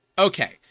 Okay